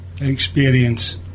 experience